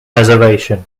reservation